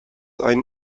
einen